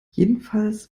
jedenfalls